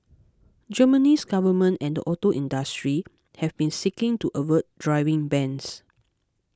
Germany's government and the auto industry have been seeking to avert driving bans